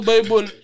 Bible